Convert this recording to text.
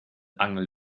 angel